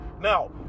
now